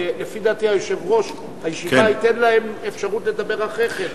לפי דעתי יושב-ראש הישיבה ייתן להם אפשרות לדבר אחרי כן.